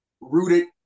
rooted